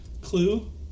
Clue